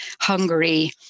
Hungary